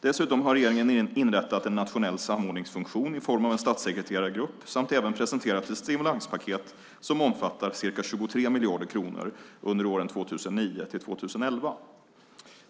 Dessutom har regeringen inrättat en nationell samordningsfunktion i form av en statssekreterargrupp samt även presenterat ett stimulanspaket som omfattar ca 23 miljarder kronor under åren 2009-2011.